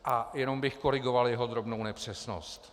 A jenom bych korigoval jeho drobnou nepřesnost.